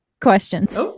questions